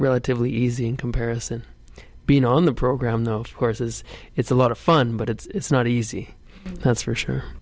relatively easy in comparison being on the program though of course is it's a lot of fun but it's not easy that's for sure